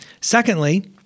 Secondly